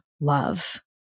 love